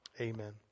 Amen